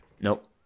Nope